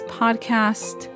podcast